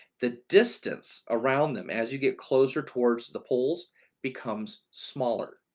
the distance around them as you get closer towards the poles becomes smaller.